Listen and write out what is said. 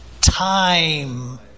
time